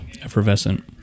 Effervescent